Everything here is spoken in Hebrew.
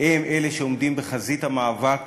הם אלה שעומדים בחזית המאבק